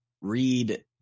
read